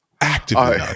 Actively